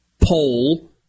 poll